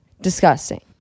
Disgusting